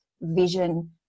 vision